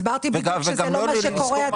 הסברתי בדיוק שזה לא מה שקורה.